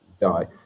die